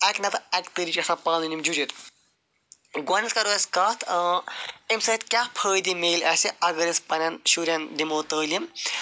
اَکہِ نَتہٕ اَکہِ طریق چھِ آسان یِم پانہٕ ؤنۍ جُڑِتھ گۄڈنٮ۪تھ کَرو أسۍ کَتھ اَمہِ سۭتۍ کیاہ فٲیدٕ مِلہِ اَسہِ اگر أسۍ پنٛنٮ۪ن شُرٮ۪ن دِمو تٲلیٖم